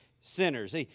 sinners